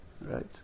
right